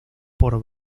por